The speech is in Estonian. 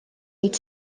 võid